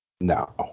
No